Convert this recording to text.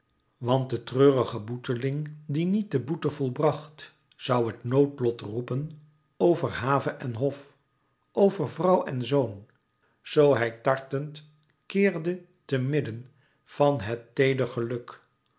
want de treurige boeteling die niet de boete volbracht zoû het noodlot op roepen over have en hof over vrouw en zoon zoo hij tartend keerde te midden van het teeder geluk